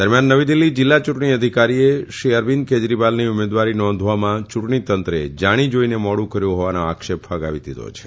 દરમિયાન નવી દિલ્ફી જીલ્લા યુંટણી અધિકારીએ શ્રી અરવિંદ કેજરીવાલની ઉમેદવારી નોંધવામાં ચુંટણી તંત્રચે જાણી જોઇને મોડ કર્યુ હોવાના આક્ષેપ ફગાવી દીધો છે